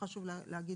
אומנה של חיית